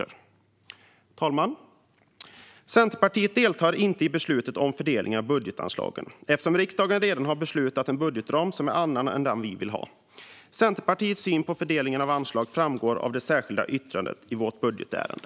Fru talman! Centerpartiet deltar inte i beslutet om fördelningen av budgetanslagen eftersom riksdagen redan beslutat en budgetram som är en annan än den vi vill ha. Centerpartiets syn på fördelningen av anslag framgår av det särskilda yttrandet i vårt budgetärende.